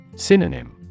Synonym